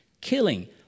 killing